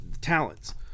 talents